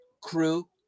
crew